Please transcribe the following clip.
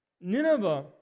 Nineveh